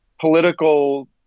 political